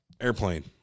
Airplane